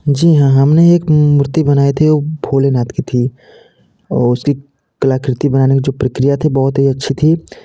जी हाँ हमने एक मूर्ति बनाई थी वो भोलेनाथ की थी और उसकी कलाकृति बनाने के जो प्रकिया थी बहुत ही अच्छी थी